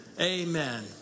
Amen